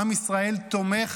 עם ישראל תומך,